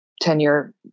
tenure